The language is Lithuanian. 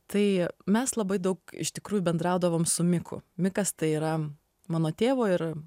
tai mes labai daug iš tikrųjų bendraudavom su miku mikas tai yra mano tėvo ir